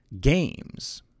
games